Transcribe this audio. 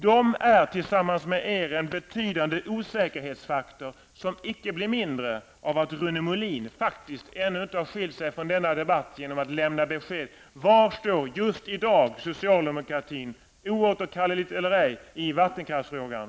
De utgör tillsammans med er en betydande osäkerhetsfaktor, som icke blir mindre av att Rune Molin faktiskt ännu inte skilt sig från denna debatt -- han har inte lämnat besked om var socialdemokratin står just i dag, oåterkalleligt eller ej, i vattenkraftfrågan.